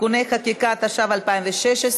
(תיקוני חקיקה), התשע"ו 2016,